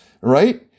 right